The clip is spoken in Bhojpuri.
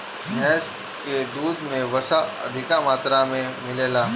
भैस के दूध में वसा अधिका मात्रा में मिलेला